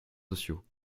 sociaux